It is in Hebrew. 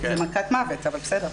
זה מכת מוות אבל בסדר.